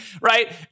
right